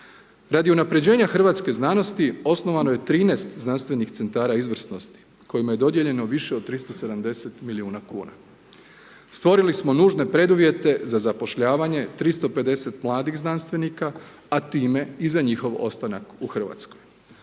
Radi unapređenje hrvatske znanosti osnovano je 13 znanstvenih centara izvrsnosti kojima je dodijeljeno više od 370 milijuna kuna. stvorili smo nužne preduvjete za zapošljavanje 350 mladih znanstvenika, a time i za njihov ostanak u Hrvatskoj.